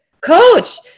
coach